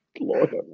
Lord